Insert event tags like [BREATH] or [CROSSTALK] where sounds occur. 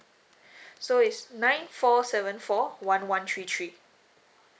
[BREATH] so it's nine four seven four one one three three